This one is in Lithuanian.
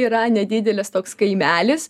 yra nedidelis toks kaimelis